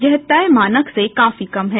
यह तय मानक से काफी कम है